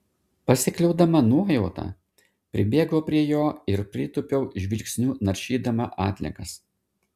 pasikliaudama nuojauta pribėgau prie jo ir pritūpiau žvilgsniu naršydama atliekas